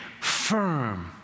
firm